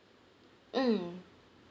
mm